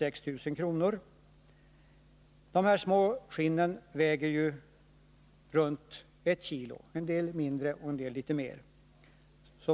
De här små skinnen väger omkring 1 kg — en del mindre och en del litet mer.